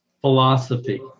philosophy